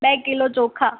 બે કિલો ચોખા